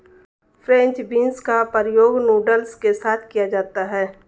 French beans का प्रयोग noodles के साथ किया जाता है